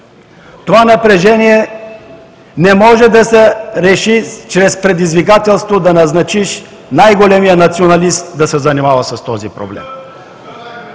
Това напрежение не може да се реши чрез предизвикателство да назначиш най-големия националист да се занимава с този проблем.